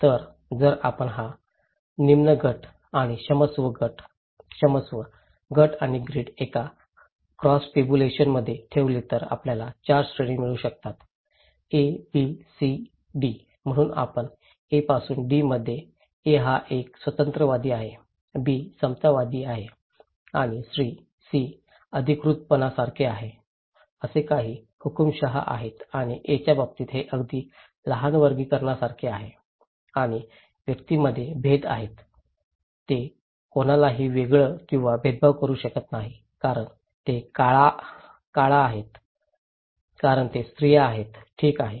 तर जर आपण हा निम्न गट आणि क्षमस्व गट आणि ग्रिड एका क्रॉस टॅब्युलेशनमध्ये ठेवले तर आपल्याला 4 श्रेणी मिळू शकतात एक A B C D म्हणून आपण A पासून D मध्ये A हा एक स्वतंत्रतावादी आहे D समतावादी आहे आणि C अधिकृतपणासारखे आहे असे काही हुकूमशहा आहेत आणि A च्या बाबतीत हे अगदी लहान वर्गीकरणासारखे आहे आणि व्यक्तींमध्ये भेद आहेत ते कोणालाही वेगळं किंवा भेदभाव करू शकत नाहीत कारण ते काळा आहेत कारण ते स्त्रिया आहेत ठीक आहे